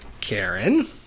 Karen